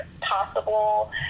possible